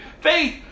faith